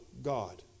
GOD